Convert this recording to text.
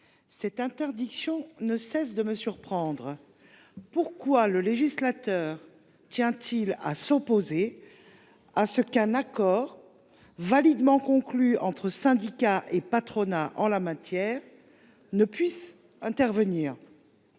cette interdiction ne cesse de me surprendre. Pourquoi le législateur tient il à empêcher tout accord validement conclu entre syndicats et patronat en la matière ? Le Sénat,